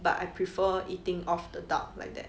but I prefer eating off the duck like that